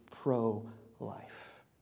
pro-life